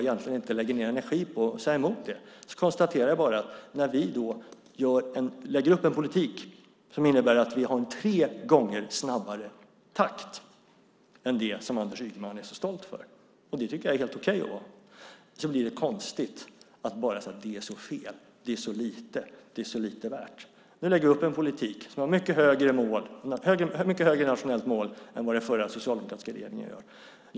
Egentligen lägger jag inte energi på att säga emot det, utan jag konstaterar bara att det när vi lägger upp en politik som innebär att vi har en tre gånger snabbare takt än den som Anders Ygeman är så stolt över - vilket är helt okej att vara - blir konstigt att bara säga: Det är så fel och så lite. Det är så lite värt. Vi lägger upp en politik som har ett mycket högre nationellt mål än vad den förra socialdemokratiska regeringen hade.